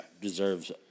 deserves